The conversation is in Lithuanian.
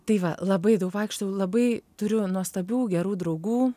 tai va labai daug vaikštau labai turiu nuostabių gerų draugų